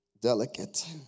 delicate